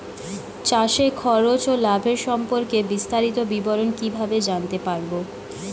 চাষে খরচ ও লাভের সম্পর্কে বিস্তারিত বিবরণ কিভাবে জানতে পারব?